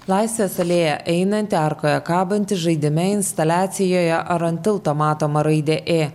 laisvės alėja einanti arkoje kabanti žaidime instaliacijoje ar ant tilto matoma raidė ė